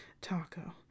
Taco